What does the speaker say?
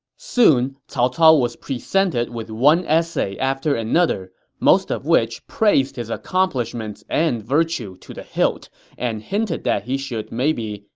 soon, cao cao was presented with one essay after another, most of which praised his accomplishments and virtue to the hilt and hinted that he should maybe,